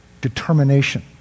determination